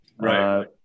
right